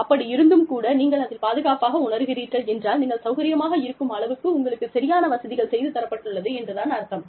அப்படி இருந்தும் கூட நீங்கள் அதில் பாதுகாப்பாக உணருகிறீர்கள் என்றால் நீங்கள் சௌகரியமாக இருக்கும் அளவுக்கு உங்களுக்குச் சரியான வசதிகள் செய்து தரப்பட்டுள்ளது என்று தான் அர்த்தம்